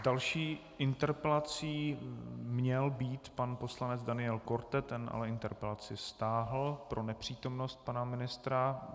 S další interpelací měl být pan poslanec Daniel Korte, ten ale interpelaci stáhl pro nepřítomnost pana ministra.